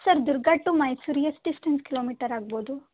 sir Durga to ಮೈಸೂರ್ಗೆ ಎಷ್ಟ್ distance kilometre ಆಗ್ಬೋದು